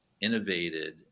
innovated